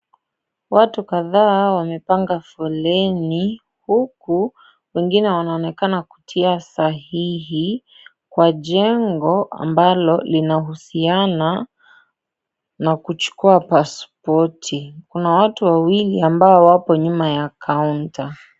Watu kadhaa wamepanga foleni, huku wengine wanaonekana kutia sahihi, kwa jengo ambalo linahusiana na kuchukua paspoti. Kuna watu wawili ambao wapo nyuma ya kaunta.